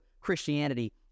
Christianity